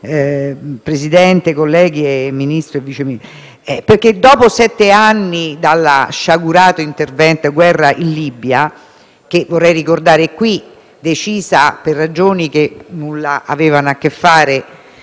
Presidente, colleghi e signor Vice Ministro? Perché dopo sette anni dallo sciagurato intervento e dalla guerra in Libia, che - vorrei ricordare qui - fu decisa per ragioni che nulla avevano a che fare